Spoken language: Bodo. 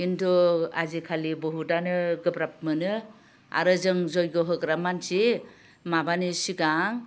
खिन्थु आजिखालि बुहुदआनो गोब्राब मोनो आरो जों जग्य होग्रा मानसि माबानि सिगां